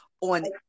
on